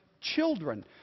children